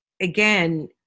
again